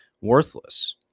worthless